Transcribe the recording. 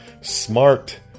smart